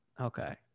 Okay